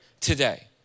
today